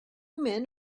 men